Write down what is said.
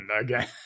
Again